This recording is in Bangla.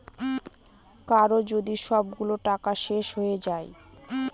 কারো যদি সবগুলো টাকা শেষ হয়ে যায়